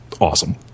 Awesome